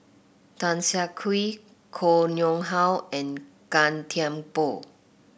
Tan Siah Kwee Koh Nguang How and Gan Thiam Poh